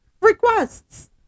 requests